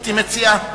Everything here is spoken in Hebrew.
גברתי מציעה?